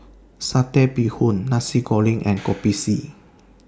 Satay Bee Hoon Nasi Kuning and Kopi C